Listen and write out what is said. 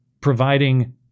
providing